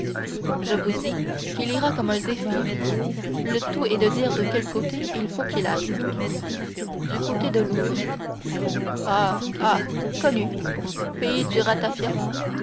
je vous dis qu'il ira comme un zéphir le tout est de dire de quel côté il faut qu'il aille du côté de louvres ah ah connu pays du ratafia